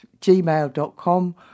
gmail.com